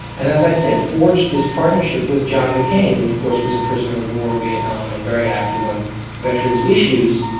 and as i said, forged this partnership with john mccain who of course was a prisoner of war in vietnam and very active on veterans issues,